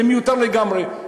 זה מיותר לגמרי.